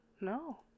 No